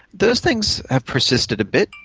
those things have persisted a bit,